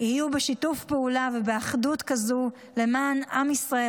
יהיו בשיתוף פעולה ובאחדות כזאת למען עם ישראל,